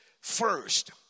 first